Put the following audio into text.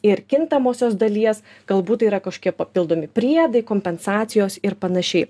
ir kintamosios dalies galbūt yra kažkokie papildomi priedai kompensacijos ir panašiai